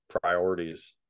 priorities